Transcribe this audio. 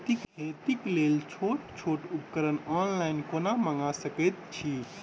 खेतीक लेल छोट छोट उपकरण ऑनलाइन कोना मंगा सकैत छी?